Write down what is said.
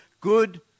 good